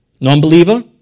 Non-believer